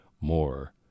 more